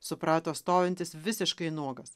suprato stovintis visiškai nuogas